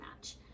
match